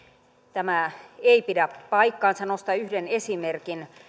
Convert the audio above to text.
tämä ei pidä paikkaansa nostan yhden esimerkin